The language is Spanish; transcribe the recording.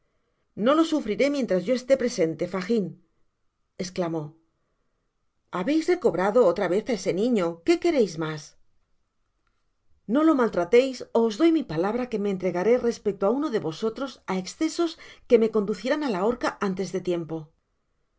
no lo sufriré mientras yo este presente fagin esclamó habeis recobrado otra vez á ese niño que queréis mas no el content from google book search generated at maltrateis ó os doy mi palabra que me entregaré respecto á uno de vosotros á ecsesos que me conducirán á la horca antes de tiempo al